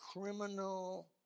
criminal